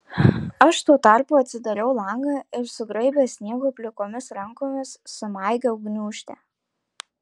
aš tuo tarpu atsidariau langą ir sugraibęs sniego plikomis rankomis sumaigiau gniūžtę